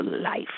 life